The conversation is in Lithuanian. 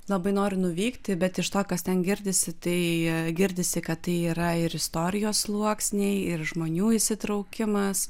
labai noriu nuvykti bet iš to kas ten girdisi tai girdisi kad tai yra ir istorijos sluoksniai ir žmonių įsitraukimas